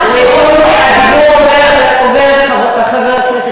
זה בעיה מוסרית,